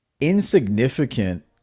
insignificant